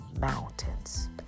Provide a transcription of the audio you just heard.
mountains